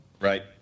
Right